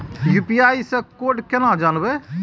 UPI से code केना जानवै?